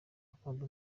ukunda